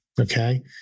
Okay